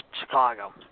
Chicago